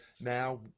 now